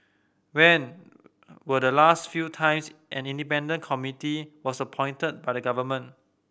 when were the last few times an independent committee was appointed by the government